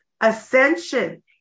ascension